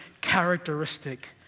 characteristic